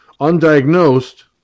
undiagnosed